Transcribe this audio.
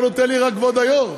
רק דקה אתה נותן לי, כבוד היושב-ראש?